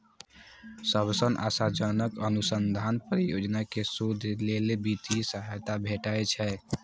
सबसं आशाजनक अनुसंधान परियोजना कें शोध लेल वित्तीय सहायता भेटै छै